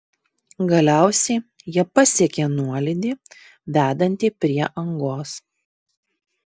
galiausiai jie pasiekė nuolydį vedantį prie angos